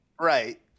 Right